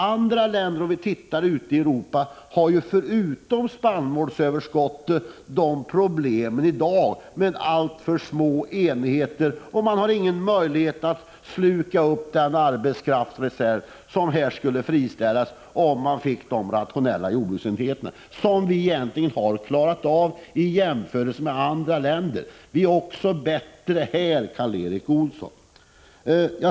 Andra länder i Europa har i dag förutom spannmålsöverskott problem med alltför små enheter, och de har ingen möjlighet att suga upp den arbetskraftsreserv som skulle friställas om de fick till stånd rationella jordbruksenheter, någonting som vi egentligen har klarat av. I jämförelse med andra länder är vi bättre också i det avseendet, Karl Erik Olsson.